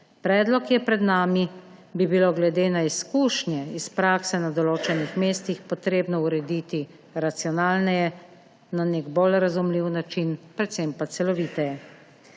Predlog, ki je pred nami, bi bilo glede na izkušnje iz prakse na določenih mestih potrebno urediti racionalneje, na nek bolj razumljiv način, predvsem pa celoviteje.